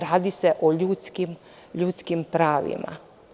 Radi se o ljudskim pravima.